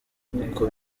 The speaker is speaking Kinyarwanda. uko